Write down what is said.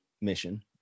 mission